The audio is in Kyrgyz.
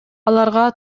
аларга